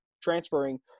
transferring